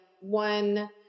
one